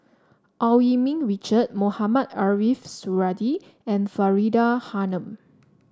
Eu Yee Ming Richard Mohamed Ariff Suradi and Faridah Hanum